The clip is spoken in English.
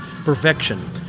Perfection